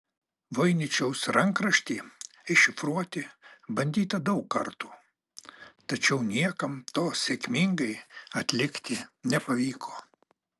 voiničiaus rankraštį iššifruoti bandyta daug kartų tačiau niekam to sėkmingai atlikti nepavyko